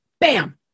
Bam